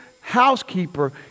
housekeeper